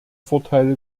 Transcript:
vorteile